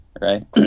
right